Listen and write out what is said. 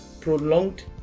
prolonged